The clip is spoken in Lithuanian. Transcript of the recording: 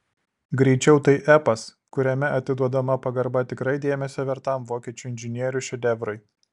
greičiau tai epas kuriame atiduodama pagarba tikrai dėmesio vertam vokiečių inžinierių šedevrui